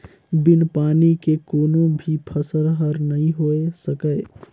बिन पानी के कोनो भी फसल हर नइ होए सकय